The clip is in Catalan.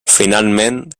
finalment